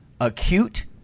acute